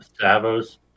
Stavos